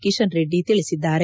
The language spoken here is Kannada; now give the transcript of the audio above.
ಕಿಶನ್ ರೆಡ್ಡಿ ತಿಳಿಸಿದ್ದಾರೆ